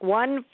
one